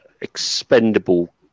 expendable